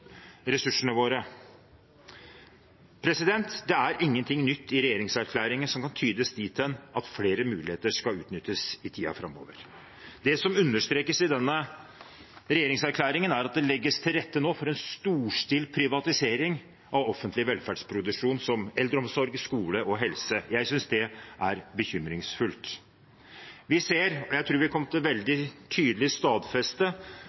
ressursene som f.eks. skogen gir – biodrivstoff er ett eksempel. Det samme burde så absolutt ha vært gjort for fiskeriressursene våre. Det er ingenting nytt i regjeringserklæringen som kan tydes dit hen at flere muligheter skal utnyttes i tiden framover. Det som understrekes i denne regjeringserklæringen, er at det nå legges til rette for en storstilt privatisering av offentlig velferdsproduksjon som eldreomsorg, skole og helse. Jeg synes det er bekymringsfullt. Vi ser,